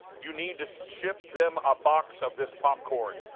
you need to ship them a box of this popcorn.